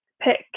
pick